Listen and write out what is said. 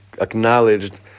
acknowledged